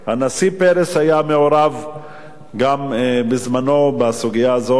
גם הנשיא פרס היה מעורב בזמנו בסוגיה הזו,